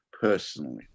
personally